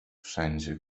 wszędzie